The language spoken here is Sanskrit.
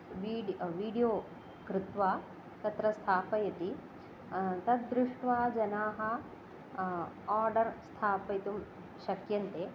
वीड्यो वीडियो कृत्वा तत्र स्थापयति तद् दृष्ट्वा जनाः आर्डर् स्थापयितुं शक्यन्ते